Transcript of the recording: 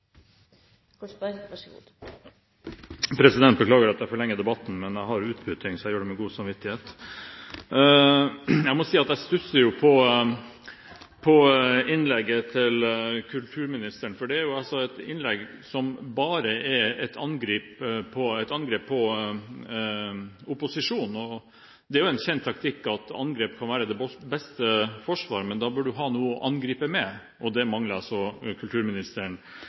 fått utbytting, så jeg gjør det med god samvittighet. Jeg må si at jeg stusser over innlegget til kulturministeren. Det var et innlegg som bare inneholdt et angrep på opposisjonen. Det er jo en kjent taktikk at angrep kan være det beste forsvar, men da må man ha noe å angripe med – og det mangler kulturministeren i denne saken. Jeg satte for så vidt pris på innlegget som representanten Gjul holdt. Der var representanten Gjul litt konstruktiv og viste til det lille regjeringen har gjort, men det er altså